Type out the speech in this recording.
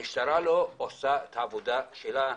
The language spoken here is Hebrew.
המשטרה לא עושה את העבודה שלה,